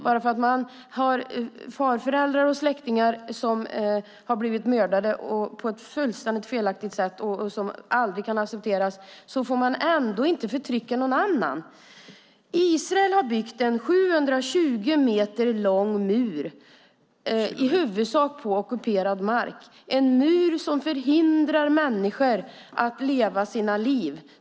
Bara för att man har farföräldrar och släktingar som har blivit mördade på ett fullständigt felaktigt sätt som aldrig kan accepteras får man ändå inte förtrycka någon annan. Israel har byggt en 720 kilometer lång mur i huvudsak på ockuperad mark. Det är en mur som förhindrar människor att leva sina liv.